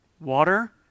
Water